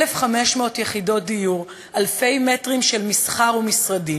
1,500 יחידות דיור, אלפי מטרים של מסחר ומשרדים.